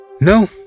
no